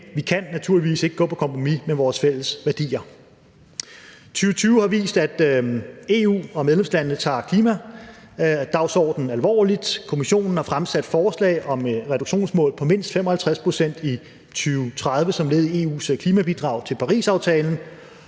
vi kan naturligvis ikke gå på kompromis med vores fælles værdier. Kl. 18:35 2020 har vist, at EU og medlemslandene tager klimadagsordenen alvorligt. Kommissionen har fremsat forslag om reduktionsmål på mindst 55 pct. i 2030 som led i EU's klimabidrag til Parisaftalen